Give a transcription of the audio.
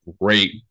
great